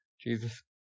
Jesus